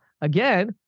again